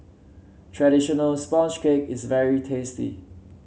traditional sponge cake is very tasty